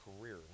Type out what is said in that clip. career